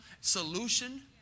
solution